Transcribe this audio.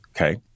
okay